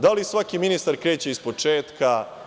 Da li svaki ministar kreće iz početka?